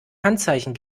handzeichen